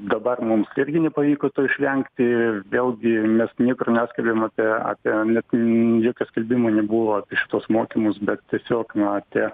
dabar mums irgi nepavyko to išvengti ir vėlgi mes niekur neskelbėm apie apie net jokio skelbimo nebuvo apie šituos mokymus bet tiesiog na tie